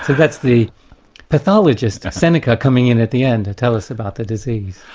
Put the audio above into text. that's the pathologist, seneca, coming in at the end to tell us about the disease.